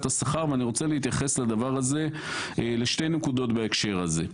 השכר ואני רוצה להתייחס לשתי נקודות בהקשר הזה.